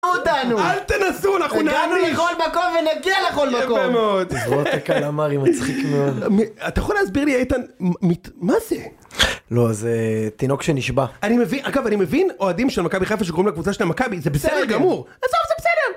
אל תנסו אנחנו הגענו לכל מקום ונגיע לכל מקום יפה מאוד, מצחיק מאוד אתה יכול להסביר לי איתן מה זה? לא זה תינוק שנשבה אני מבין אגב אני מבין אוהדים של מכבי חיפה שקוראים לקבוצה של מכבי זה בסדר גמור בסוף זה בסדר